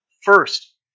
First